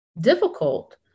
difficult